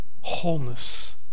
wholeness